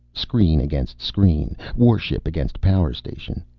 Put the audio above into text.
screen against screen. warship against power station.